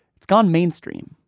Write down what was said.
it's gone mainstream.